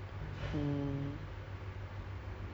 but it's also not close to any